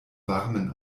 warmen